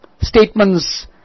statements